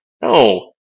No